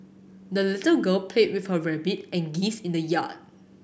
the little girl played with her rabbit and geese in the yard